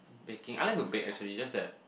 baking I like to bake actually just that